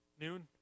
noon